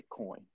Bitcoin